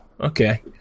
okay